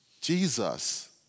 Jesus